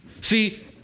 see